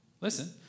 Listen